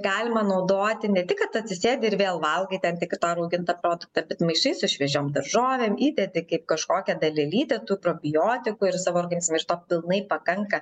galima naudoti ne tik kad atsisėdi ir vėl valgai ten tik tą raugintą produktą bet maišai su šviežiom daržovėm įdedi kaip kažkokią dalelytę tų probiotikų ir savo organizmą iš to pilnai pakanka